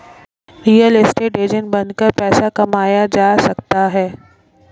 real estate agent बनकर पैसा कमाया जा सकता है